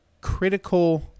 critical